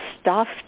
stuffed